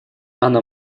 она